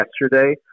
yesterday